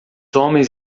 homens